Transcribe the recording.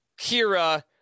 Kira